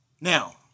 Now